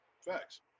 Facts